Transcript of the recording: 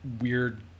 weird